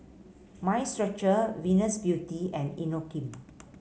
Mind Stretcher Venus Beauty and Inokim